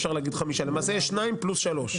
אפשר להגיד חמישה, למעשה יש שניים פלוס שלושה.